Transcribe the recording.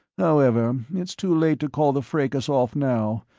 however, it's too late to call the fracas off now.